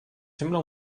sembla